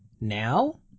now